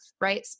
right